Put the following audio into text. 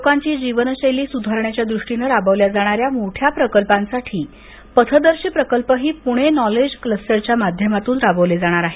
लोकांची जीवनशैली सुधारण्याच्या दृष्टीनं राबवल्या जाणाऱ्या मोठ्या प्रकल्पांसाठी पथदर्शी प्रकल्पही पुणे नॉलेज क्लस्टरच्या माध्यमातून राबवले जाणार आहेत